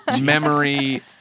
memory